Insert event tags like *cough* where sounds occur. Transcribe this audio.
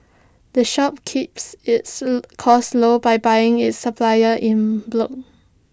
the shop keeps its costs *noise* low by buying its supplier in block